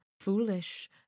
Foolish